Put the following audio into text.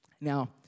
Now